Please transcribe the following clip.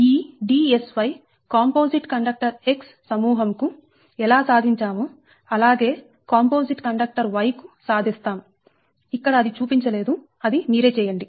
ఈ DSY composite conductor X సమూహం కు ఎలా సాధించామో అలాగే కాంపోజిట్ కండక్టర్ Y కు సాధిస్తాం ఇక్కడ అది చూపించలేదు అది మీరే చేయండి